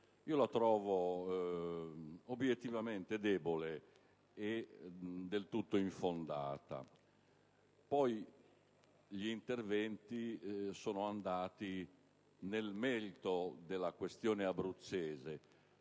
presentata obiettivamente debole e del tutto infondata. Gli interventi, poi, sono andati nel merito della questione abruzzese,